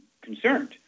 concerned